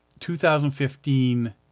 2015